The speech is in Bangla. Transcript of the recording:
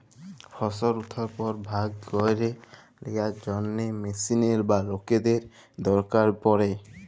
ফসল উঠার পর ভাগ ক্যইরে লিয়ার জ্যনহে মেশিলের বা লকদের দরকার পড়ে